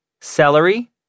celery